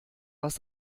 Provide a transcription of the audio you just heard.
was